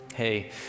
hey